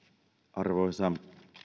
arvoisa